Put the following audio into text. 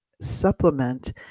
supplement